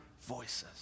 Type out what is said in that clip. voices